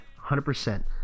100%